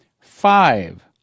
five